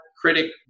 critic